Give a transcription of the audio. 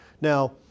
Now